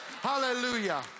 Hallelujah